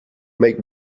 make